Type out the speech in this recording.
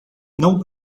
não